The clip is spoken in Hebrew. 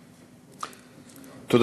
אוקיי.